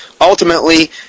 ultimately